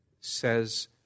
says